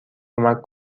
کمک